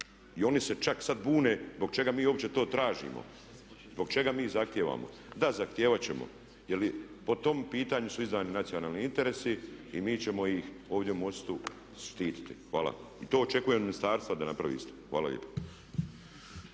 i oni se čak sada bune zbog čega mi uopće to tražimo, zbog čega mi zahtijevamo. Da, zahtijevati ćemo jer i po tom pitanju su izdani nacionalni interesi i mi ćemo ih ovdje u MOST-u štiti. I to očekujem od ministarstva da napravi isto. Hvala lijepa.